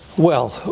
well,